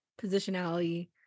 positionality